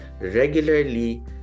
regularly